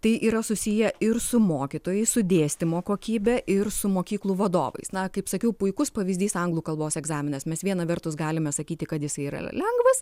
tai yra susiję ir su mokytojais su dėstymo kokybe ir su mokyklų vadovais na kaip sakiau puikus pavyzdys anglų kalbos egzaminas mes viena vertus galime sakyti kad jisai yra lengvas